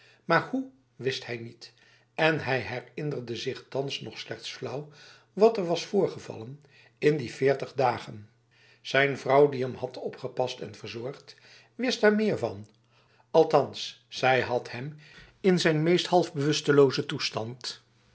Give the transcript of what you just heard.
maar hoe wist hij niet en hij herinnerde zich thans nog slechts flauw wat er was voorgevallen in die veertig dagen zijn vrouw die hem had opgepast en verzorgd wist daar meer van althans zij had hem in zijn meest half bewusteloze toestand